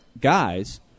guys